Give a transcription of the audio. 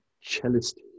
cellist